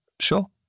Sure